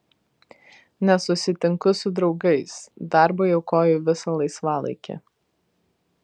nesusitinku su draugais darbui aukoju visą laisvalaikį